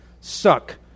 Suck